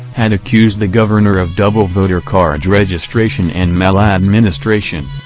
had accused the governor of double voter card registration and maladministration.